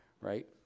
right